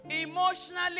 emotionally